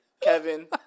Kevin